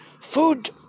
food